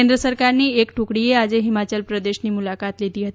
કેન્દ્ર સરકારની એક ટ્રકડીએ આજે હિમાચલ પ્રદેશની મુલાકાત લીધી હતી